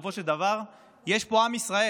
בסופו של דבר יש פה עם ישראל,